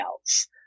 else